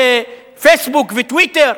"פייסבוק" ו"טוויטר".